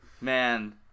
Man